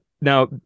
now